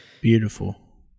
beautiful